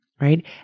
right